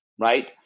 right